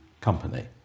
company